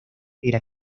era